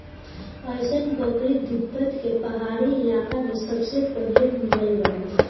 अइसन बकरी तिब्बत के पहाड़ी इलाका में सबसे पहिले मिलल रहे